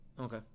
Okay